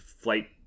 flight